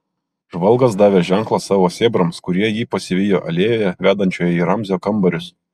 žvalgas davė ženklą savo sėbrams kurie jį pasivijo alėjoje vedančioje į ramzio kambarius